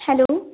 hello